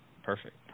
Perfect